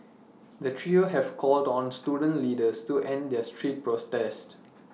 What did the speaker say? the trio have called on the student leaders to end their street protests